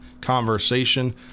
conversation